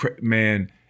man